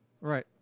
Right